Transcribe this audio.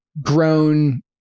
grown